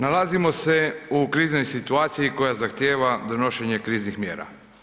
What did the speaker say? Nalazimo se u kriznoj situaciji koja zahtijeva donošenje kriznih mjera.